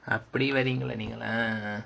அப்டி வரீங்களா நீங்கலாம்:apdi vareengala neengalaam